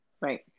Right